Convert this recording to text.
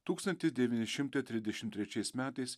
tūkstantis devyni šimtai trisdešimt trečiais metais